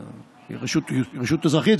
היא רשות אזרחית,